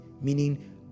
Meaning